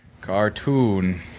cartoon